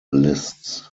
lists